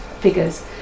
figures